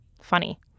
funny